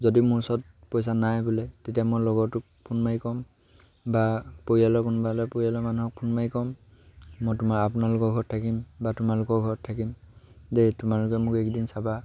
যদি মোৰ ওচৰত পইচা নাই বোলে তেতিয়া মই লগৰটোক ফোন মাৰি ক'ম বা পৰিয়ালৰ কোনোবা হ'লে পৰিয়ালৰ মানুহক ফোন মাৰি ক'ম মই তোমাৰ আপোনালোকৰ ঘৰত থাকিম বা তোমালোকৰ ঘৰত থাকিম দেই তোমালোকে মোক একদিন চাবা